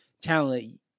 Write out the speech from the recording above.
talent